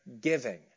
giving